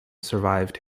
survived